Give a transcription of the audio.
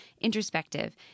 introspective